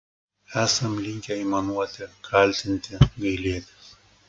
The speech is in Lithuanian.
esam linkę aimanuoti kaltinti gailėtis